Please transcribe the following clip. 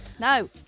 no